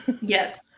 Yes